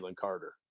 Carter